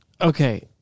Okay